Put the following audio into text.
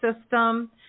system